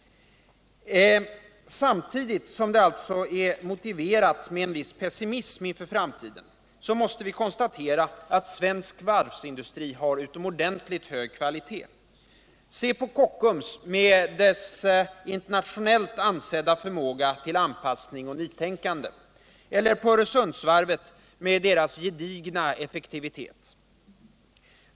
Samtidigt som det alltså är motiverat med en viss pessimism inför framtiden måste vi konstatera att svensk varvsindustri har utomordentligt hög kvalitet. Se på Kockums med dess internationellt ansedda förmåga till anpassning och nytänkande eller på Öresundsvarvet med dess gedigna effektivitet!